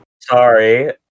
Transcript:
Sorry